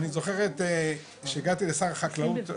אני זוכר שהגעתי לשר החקלאות,